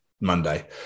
Monday